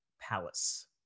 Palace